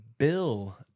Bill